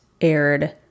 aired